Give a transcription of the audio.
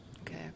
Okay